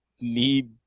need